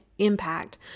impact